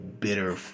bitter